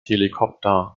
helikopter